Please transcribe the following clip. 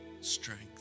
strength